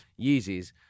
Yeezys